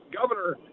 Governor